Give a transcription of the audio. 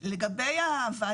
את הדוגמה של הלוואות בערבות מדינה,